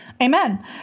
Amen